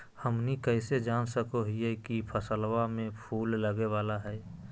हमनी कइसे जान सको हीयइ की फसलबा में फूल लगे वाला हइ?